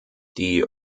die